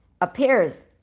appears